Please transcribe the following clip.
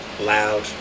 Loud